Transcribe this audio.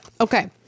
Okay